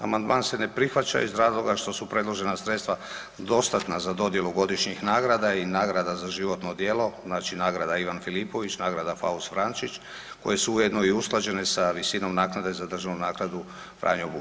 Amandman se ne prihvaća iz razloga što su predložena sredstva dostatna za dodjelu godišnjih nagrada i nagrada za životno djelo, znači nagrada Ivan Filipović, nagrada Faust Vrančić koje su ujedno i usklađene sa visinom naknade za državnu naknadu Franjo Bučar.